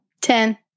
Ten